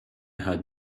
had